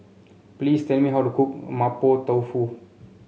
please tell me how to cook Mapo Tofu